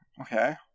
Okay